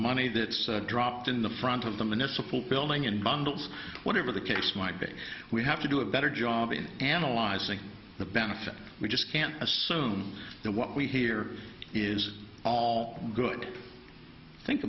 money that's dropped in the front of them when it's a full building in bundles whatever the case might be we have to do a better job in analyzing the benefit we just can't assume that what we here is all good think